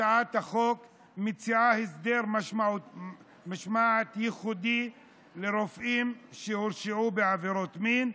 הצעת החוק מציעה הסדר משמעת ייחודי לרופאים שהורשעו בעבירות מין,